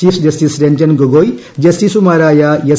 chief justice Ranjan Gogoi ജസ്റ്റിസുമാരായ S